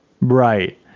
Right